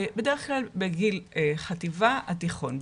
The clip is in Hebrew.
בדרך כלל בגיל חטיבה עד תיכון.